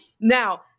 Now